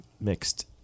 mixed